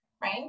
Right